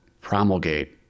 promulgate